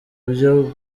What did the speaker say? byo